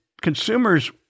consumers